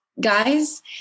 guys